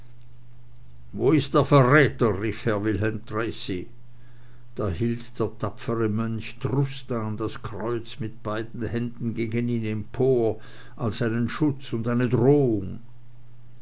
wo ist der verräter rief herr wilhelm tracy da hielt der tapfere mönch trustan das kreuz mit beiden händen gegen ihn empor als einen schutz und eine drohung